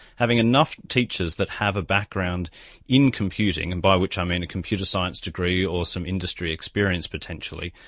having enough teachers that have a background in computing, and by which i mean a computer science degree or some industry experience potentially,